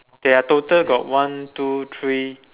they are total got one two three